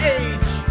age